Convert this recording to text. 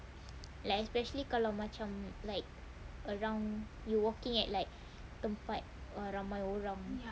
like especially kalau macam like around you walking at like tempat ramai orang